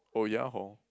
oh ya hor